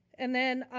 and then,